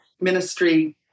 ministry